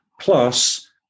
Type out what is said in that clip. Plus